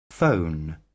Phone